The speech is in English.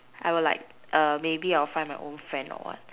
I will like err maybe I will find my own friend or what